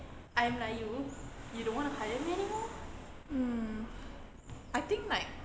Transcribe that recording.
mm I think like